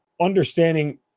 understanding